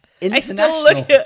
international